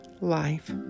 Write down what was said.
life